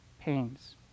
pains